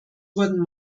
wurden